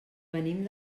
venim